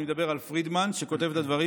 אני מדבר על פרידמן שכותב את הדברים,